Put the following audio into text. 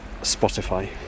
Spotify